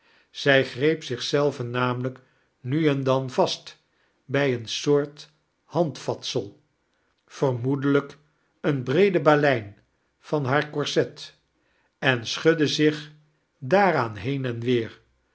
zij greep zdch zelve namelijk nu en dan vast bij een soort handvatsel vermoedelijk een breede balein van haar corset en schudde zich daaraan heen en weer